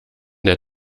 der